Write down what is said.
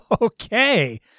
Okay